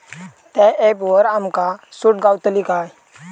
त्या ऍपवर आमका सूट गावतली काय?